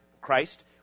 Christ